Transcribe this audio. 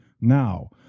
now